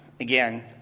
Again